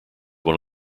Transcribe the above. one